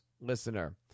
listener